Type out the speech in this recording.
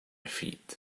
feet